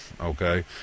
Okay